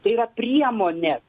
tai yra priemonės